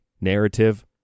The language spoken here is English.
narrative